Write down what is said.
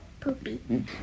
Poopy